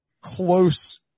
close